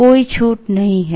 कोई छूट नहीं है